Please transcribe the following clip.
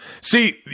See